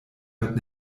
wird